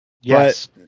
Yes